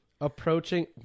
approaching